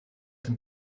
dem